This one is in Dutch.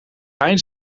hein